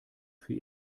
für